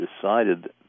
decided